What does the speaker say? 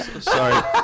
Sorry